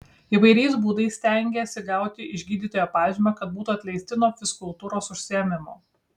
įvairiais būdais stengiasi gauti iš gydytojo pažymą kad būtų atleisti nuo fizkultūros užsiėmimų